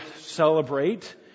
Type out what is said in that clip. celebrate